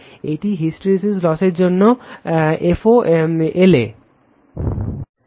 এটি হিস্টেরেসিস লসের জন্য fo la